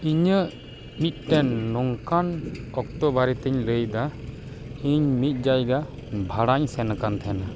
ᱤᱧᱟ ᱜ ᱢᱤᱫᱴᱮᱱ ᱱᱚᱝᱠᱟᱱ ᱚᱠᱛᱚ ᱵᱟᱨᱮᱛᱮ ᱤᱧ ᱞᱟᱹᱭᱮᱫᱟ ᱤᱧ ᱢᱤᱫ ᱡᱟᱭᱜᱟ ᱵᱷᱟᱲᱟᱧ ᱥᱮᱱ ᱟᱠᱟᱱ ᱛᱟᱦᱮᱸᱱᱟ